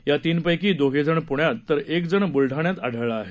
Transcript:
या तीनपेकी दोनजण पुण्यात तर एकजण बुलडाण्यात आढळला आहे